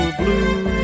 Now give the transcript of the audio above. blue